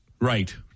right